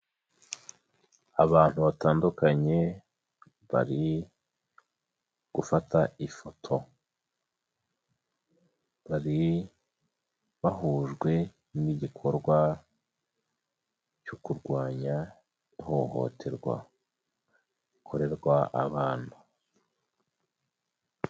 Abantu batandukanye bari gufata ifoto. Bari bahujwe n'igikorwa cyo kurwanya ihohoterwa rikorerwa abana.